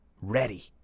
ready